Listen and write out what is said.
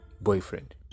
boyfriend